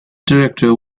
director